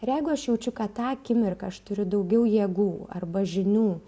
ir jeigu aš jaučiu kad tą akimirką aš turiu daugiau jėgų arba žinių